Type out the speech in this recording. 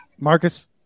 Marcus